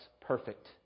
perfect